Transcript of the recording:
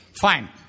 fine